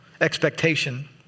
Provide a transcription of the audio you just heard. expectation